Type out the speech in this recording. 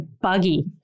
buggy